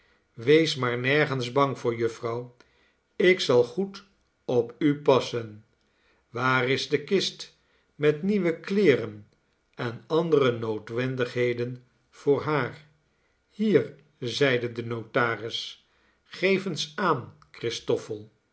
wees maar nergens bang voor jufvrouw ik zal goed op u passen waar is de kist met nieuwe kleeren en andere noodwendigheden voor hen hier zeide de notaris geef eens aan christoffel